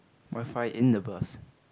modify in the bus